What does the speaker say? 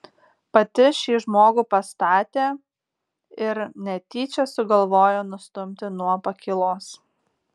pati šį žmogų pastatė ir netyčia sugalvojo nustumti nuo pakylos